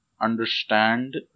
understand